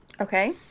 Okay